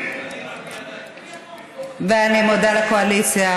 אני מודה לקואליציה,